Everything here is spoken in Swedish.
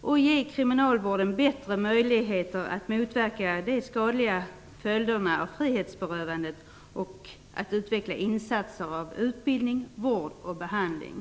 och ge kriminalvården bättre möjligheter att motverka de skadliga följderna av frihetsberövandet och att utveckla insatser av utbildning, vård och behandling.